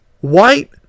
white